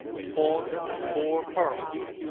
formed with four pearls.